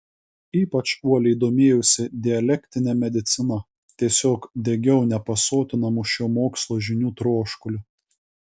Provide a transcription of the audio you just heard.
ypač uoliai domėjausi dialektine medicina tiesiog degiau nepasotinamu šio mokslo žinių troškuliu